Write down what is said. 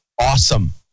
Awesome